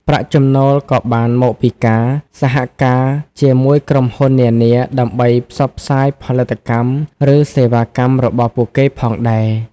ប្រាក់ចំណូលក៏បានមកពីការសហការជាមួយក្រុមហ៊ុននានាដើម្បីផ្សព្វផ្សាយផលិតផលឬសេវាកម្មរបស់ពួកគេផងដែរ។